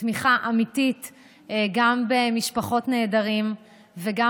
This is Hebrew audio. ותמיכה אמיתית גם במשפחות נעדרים וגם